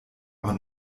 aber